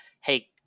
Hey